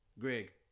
Greg